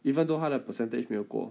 even though 他的 percentage 没有过